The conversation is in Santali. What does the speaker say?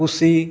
ᱠᱩᱥᱤ